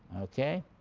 okay?